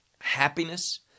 happiness